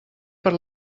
per